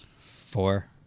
Four